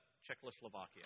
Czechoslovakia